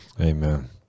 Amen